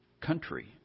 country